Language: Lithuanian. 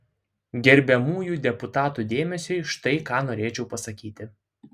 gerbiamųjų deputatų dėmesiui štai ką norėčiau pasakyti